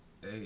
Hey